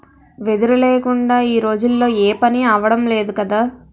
వెదురు లేకుందా ఈ రోజుల్లో ఏపనీ అవడం లేదు కదా